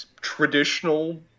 traditional